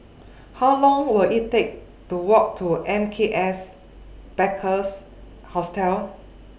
How Long Will IT Take to Walk to M K S Bikers Hostel